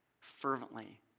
fervently